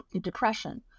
depression